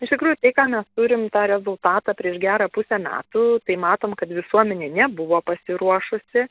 iš tikrųjų tai ką mes turim tą rezultatą prieš gerą pusę metų tai matom kad visuomenė nebuvo pasiruošusi